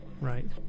Right